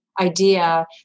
idea